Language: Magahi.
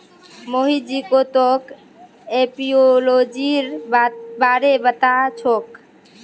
मोहित जी तोक एपियोलॉजीर बारे पता छोक